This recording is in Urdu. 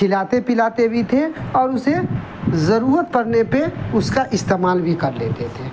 کھلاتے پلاتے بھی تھے اور اسے ضرورت پڑنے پہ اس کا استعمال بھی کر لیتے تھے